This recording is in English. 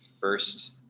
first